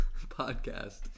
podcast